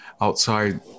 outside